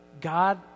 God